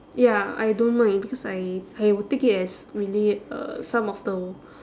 ya I don't mind because I I will take it as really uh some of the